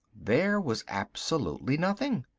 there was absolutely nothing.